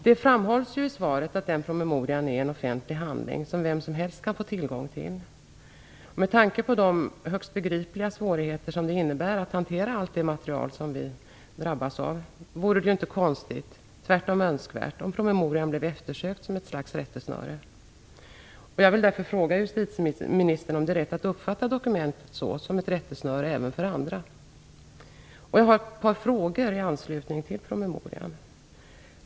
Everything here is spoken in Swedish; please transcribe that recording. Det framhålls i svaret att den promemorian är en offentlig handling som vem som helst kan få tillgång till. Med tanke på de högst begripliga svårigheter som det innebär att hantera allt det material som vi drabbas av vore det inte konstigt, tvärtom önskvärt, om promemorian blev eftersökt som ett slags rättesnöre. Jag vill därför fråga justitieministern om det är rätt att uppfatta dokumentet som ett rättesnöre även för andra. Jag har ett par frågor i anslutning till promemorian.